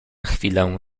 chwilę